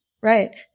Right